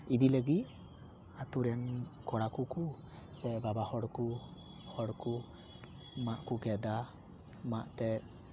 ᱤᱫᱤ ᱞᱟᱹᱜᱤᱫ ᱟᱹᱛᱩ ᱨᱮᱱ ᱠᱚᱲᱟ ᱠᱚᱠᱚ ᱥᱮ ᱥᱮ ᱵᱟᱵᱟ ᱦᱚᱲ ᱠᱚ ᱦᱚᱲ ᱠᱚ ᱢᱟᱫ ᱠᱚ ᱜᱮᱫᱟ ᱢᱟᱫ ᱛᱮ